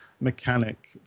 mechanic